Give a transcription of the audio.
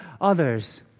others